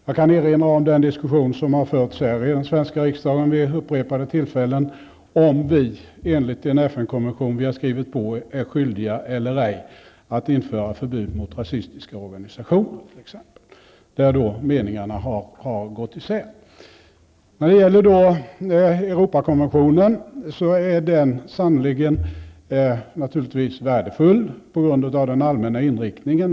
Jag kan erinra om den diskussion som har förts här i den svenska riksdagen vid upprepade tillfällen, om vi enligt den FN-konvention som vi har skrivit på är skyldiga eller ej att införa förbud mot rasistiska organisationer, varvid meningarna har gått isär. Europakonventionen är naturligtvis värdefull på grund av den allmänna inriktningen.